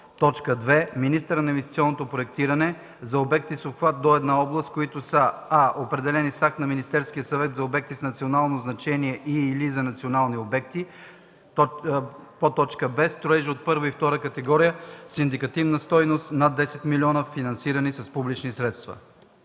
закон; 2. министъра на инвестиционното проектиране – за обекти с обхват до една област, които са: а) определени с акт на Министерския съвет за обекти с национално значение и/или за национални обекти; б) строежи от първа и втора категория с индикативна стойност над 10 000 000 лв., финансирани с публични средства.”